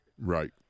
right